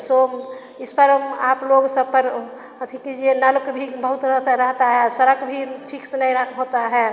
सो इस पर आप लोग सब पर अथि कीजिए नल का भी बहुत रहेता है सरक भी ठीक से नहीं होता है